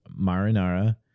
marinara